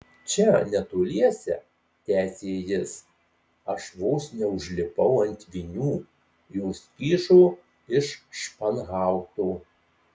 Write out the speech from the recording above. čia netoliese tęsė jis aš vos neužlipau ant vinių jos kyšo iš španhauto